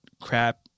crap